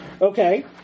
Okay